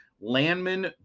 Landman